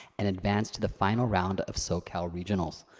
and advance to the final round of socal regionals.